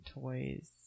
toys